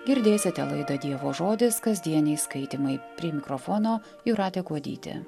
girdėsite laidą dievo žodis kasdieniai skaitymai prie mikrofono jūratė kuodytė